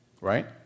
right